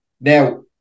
Now